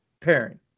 pairing